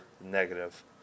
negative